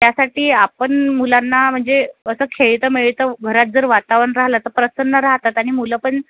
त्यासाठी आपण मुलांना म्हणजे असं खेळतं मिळतं घरात जर वातावरण राहलं तर प्रसन्न राहतात आणि मुलं पण